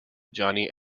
johnny